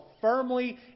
firmly